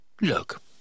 Look